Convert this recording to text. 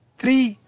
three